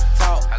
talk